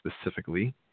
specifically